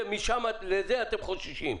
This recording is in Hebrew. מזה אתם חוששים.